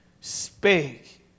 spake